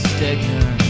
Stegner